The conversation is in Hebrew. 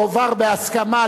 התשע"א 2011,